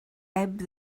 ebb